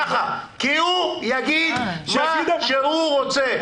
הוא יגיד מה שהוא רוצה.